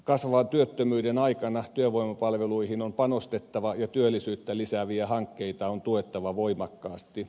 kasvavan työttömyyden aikana työvoimapalveluihin on panostettava ja työllisyyttä lisääviä hankkeita on tuettava voimakkaasti